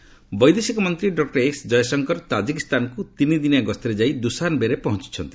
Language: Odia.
ଜୟଶଙ୍କର ବୈଦେଶିକ ମନ୍ତ୍ରୀ ଡକ୍କର ଏସ୍ ଜୟଶଙ୍କର ତାଜିକିସ୍ତାନକୁ ତିନି ଦିନିଆ ଗସ୍ତରେ ଯାଇ ଦୁସାନବେରେ ପହଞ୍ଚିଛନ୍ତି